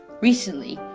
recently,